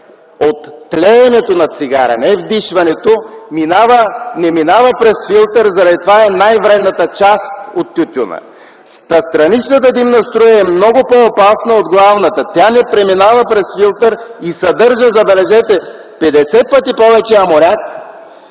от тлеенето на цигара, а не дима след вдишването, 89% не минава през филтър, заради това е най-вредната част от тютюна. Страничната димна струя е много по-опасна от главната. Тя не преминава през филтър и съдържа, забележете, 50 пъти повече амоняк,